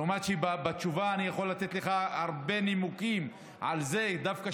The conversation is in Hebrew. לעומת תשובה שבה אני יכול לתת לך הרבה נימוקים על זה שדווקא